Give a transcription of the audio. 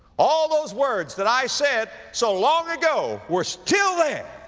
all those words that i said so long ago were still there,